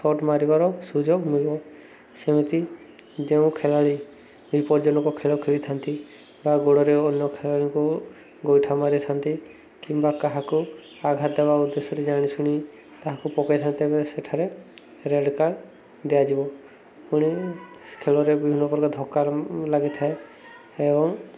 short ମାରିବାର ସୁଯୋଗ ମିଳିବ ସେମିତି ଯେଉଁ ଖେଳାଳି ବିପଜ୍ଜନକ ଖେଳ ଖେଳିଥାନ୍ତି ବା ଗୋଡ଼ରେ ଅନ୍ୟ ଖେଳାଳିଙ୍କୁ ଗୋଇଠା ମାରିଥାନ୍ତି କିମ୍ବା କାହାକୁ ଆଘାତ ଦେବା ଉଦ୍ଦେଶ୍ୟରେ ଜାଣି ଶୁଣି ତାହାକୁ ପକେଇଥାନ୍ତି ଏବେ ସେଠାରେ ରେଡ଼୍ କାର୍ଡ଼ ଦିଆଯିବ ପୁଣି ଖେଳରେ ବିଭିନ୍ନ ପ୍ରକାର ଧକ୍କାର ଲାଗିଥାଏ ଏବଂ